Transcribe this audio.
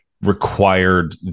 required